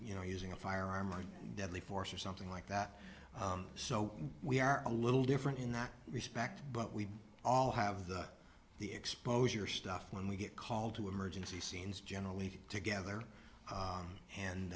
you know using a firearm or deadly force or something like that so we are a little different in that respect but we all have the the exposure stuff when we get called to emergency scenes generally together